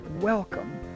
Welcome